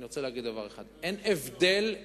אני רוצה להגיד דבר אחד: אין הבדל, אבל